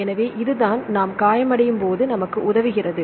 எனவே இதுதான் நாம் காயமடையும்போது உதவுகிறது